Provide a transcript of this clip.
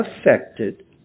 affected